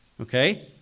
Okay